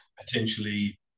potentially